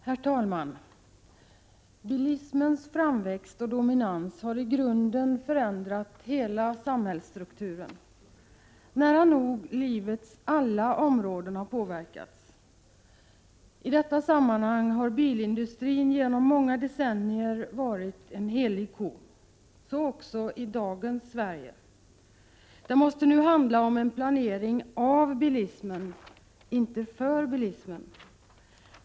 Herr talman! Bilismens framväxt och dominans har i grunden förändrat hela samhällsstrukturen. Nära nog alla livets områden har påverkats. I detta sammanhang har bilindustrin under många decennier varit en helig ko. Så också i dagens Sverige. Det måste nu handla om en planering av bilismen, inte för bilismen.